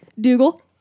Dougal